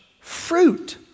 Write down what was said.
fruit